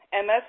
MS